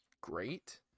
great